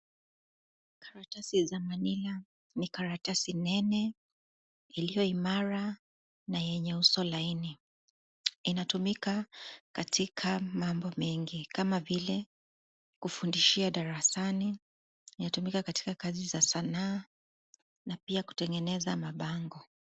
Karatasi za manila ni karatasi nene iliyo imara na yenye uso laini. Inatumika katika mambo mengi kama vile, kufundishia darasani, kazi za sanaa na pia kutengeneza mabango.